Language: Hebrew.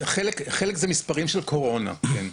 חלק מהמספרים הוא בעקבות הקורונה, כן.